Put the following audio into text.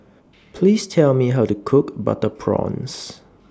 Please Tell Me How to Cook Butter Prawns